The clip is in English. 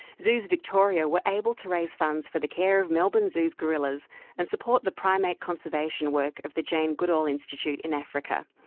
zoos victoria were able to raise funds for the care of melbourne zoo's gorillas and support the primate conservation work of the jane goodall institute in africa.